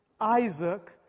Isaac